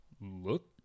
look